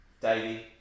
Davey